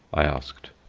i asked.